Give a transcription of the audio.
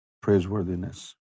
praiseworthiness